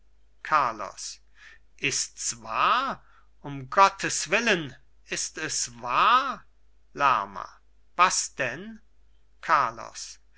carlos ists wahr um gottes willen ist es wahr lerma was denn carlos